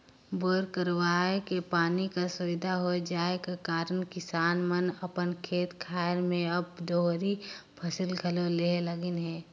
bore करवाए के पानी कर सुबिधा होए जाए कर कारन किसान मन अपन खेत खाएर मन मे अब दोहरी फसिल घलो लेहे लगिन अहे